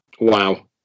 Wow